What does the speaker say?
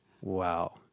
Wow